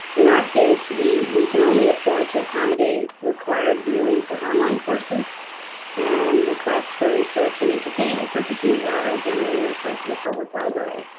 in our case, we we can only afford to accommodate required viewing for online courses and requests for research and entertainment purposes are generally referred to the public library.